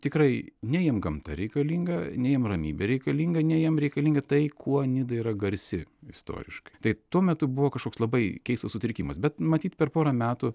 tikrai nei jiem gamta reikalinga nei jiem ramybė reikalinga nei jiem reikalinga tai kuo nida yra garsi istoriškai tai tuo metu buvo kažkoks labai keistas sutrikimas bet matyt per porą metų